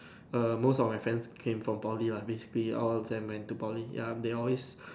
err most of my friends came from Poly lah basically all of them into Poly ya and they always